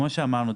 כמו שאמרנו,